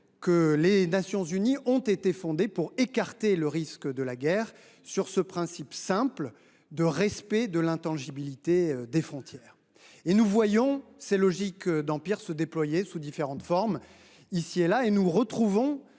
que l’ONU a été fondée pour écarter le risque de la guerre, sur le principe simple du respect de l’intangibilité des frontières. Nous voyons ces logiques d’empires se déployer sous différentes formes ici et là, et nous retrouvons